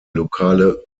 lokale